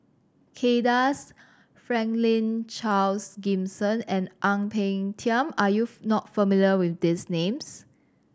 Kay Das Franklin Charles Gimson and Ang Peng Tiam are you not familiar with these names